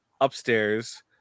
upstairs